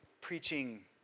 preaching